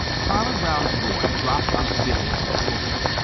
farmer brown's boy dropped unc' billy on the floor.